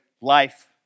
life